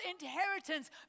inheritance